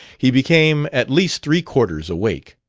he became at least three-quarters awake.